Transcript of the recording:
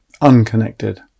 unconnected